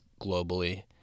globally